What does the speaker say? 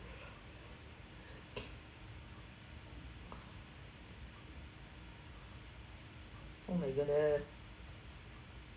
oh my goodness